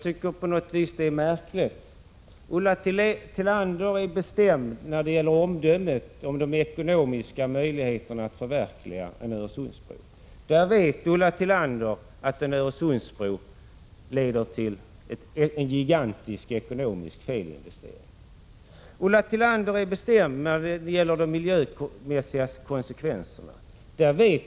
Herr talman! Ulla Tillander är bestämd när det gäller omdömet om de ekonomiska möjligheterna att förverkliga en Öresundsbro. Ulla Tillander vet att en Öresundsbro leder till en gigantisk ekonomisk felinvestering. Ulla Tillander är bestämd när det gäller de miljömässiga konsekvenserna.